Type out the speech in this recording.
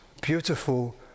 beautiful